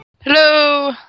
hello